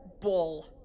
Bull